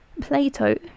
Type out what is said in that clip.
Plato